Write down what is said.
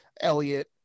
Elliot